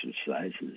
exercises